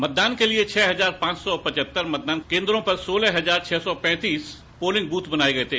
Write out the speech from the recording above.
मतदान के लिये छह हजार पांच सौ पचहत्तर मतदान केन्द्रों पर सोलह हजार छह सौ पैंतीस पोलिंग बूथ बनाये गये थे